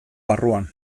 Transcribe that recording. barruan